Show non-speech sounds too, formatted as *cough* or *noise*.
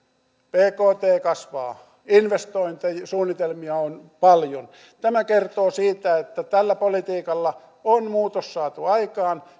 bkt kasvaa investointisuunnitelmia on paljon tämä kertoo siitä että tällä politiikalla on muutos saatu aikaan *unintelligible*